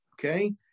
Okay